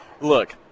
look